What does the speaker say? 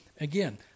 Again